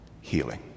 healing